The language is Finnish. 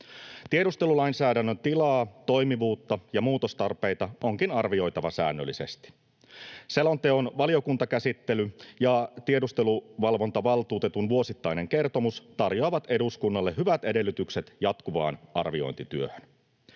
Tiedustelulainsäädännön tilaa, toimivuutta ja muutostarpeita onkin arvioitava säännöllisesti. Selonteon valiokuntakäsittely ja tiedusteluvalvontavaltuutetun vuosittainen kertomus tarjoavat eduskunnalle hyvät edellytykset jatkuvaan arviointityöhön.